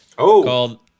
called